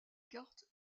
carte